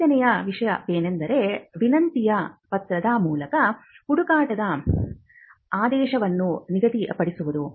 ಐದನೇ ವಿಷಯವೆಂದರೆ ವಿನಂತಿಯ ಪತ್ರದ ಮೂಲಕ ಹುಡುಕಾಟದ ಆದೇಶವನ್ನು ನಿಗದಿಪಡಿಸುವುದು